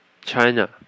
china